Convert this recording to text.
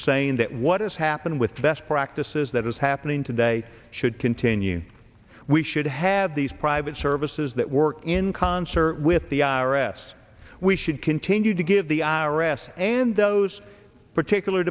saying that what is happening with the best practices that is happening today should continue we should have these private services that work in concert with the i r s we should continue to give the i r s and those particular